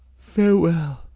farewell!